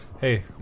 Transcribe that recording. Hey